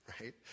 right